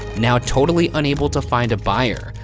now totally unable to find a buyer,